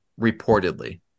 reportedly